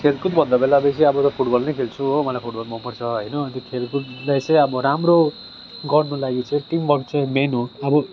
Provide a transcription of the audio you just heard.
खेलकुद भन्दा बेला बेसी अब त फुटबल नै खेल्छु हो मलाई फुटबल मनपर्छ होइन अन्त त्यो खेलकुदलाई चाहिँ अब राम्रो गर्नु लागि चाहिँ टिमहरू चाहिँ मेन हो अब